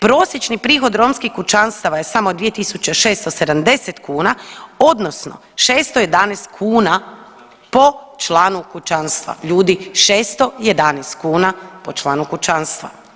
Prosječni prihod romskih kućanstava je samo 2.670 kuna odnosno 611 kuna po članu kućanstva, ljudi, 611 kuna po članu kućanstva.